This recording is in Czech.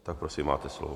Tak prosím, máte slovo.